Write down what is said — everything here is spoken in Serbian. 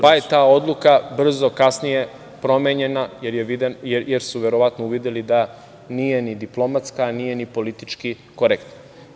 Pa, je ta odluka brzo, odnosno kasnije promenjena jer su verovatno uvideli da nije ni diplomatska, nije ni politički korektna.